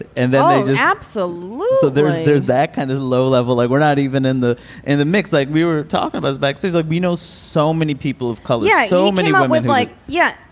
and then there's absolutely there's there's that kind of low level like we're not even in the in the mix like we were talking i was backstage like we know so many people of color. yeah so many women like yeah.